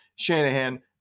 Shanahan